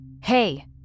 Hey